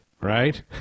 right